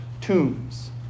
tombs